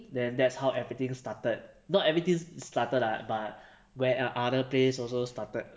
then that's how everything started not everything started lah but where uh other place also started